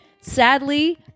Sadly